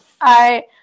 I-